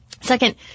Second